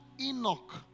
Enoch